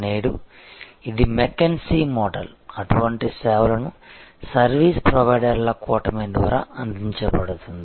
నేడు ఇది McKinsey model అటువంటి సేవలను సర్వీస్ ప్రొవైడర్ల కూటమి ద్వారా అందించబడుతుంది